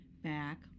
back